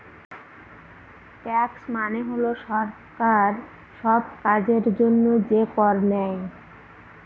tax মানে হল সরকার সব কাজের জন্য যে কর নেয়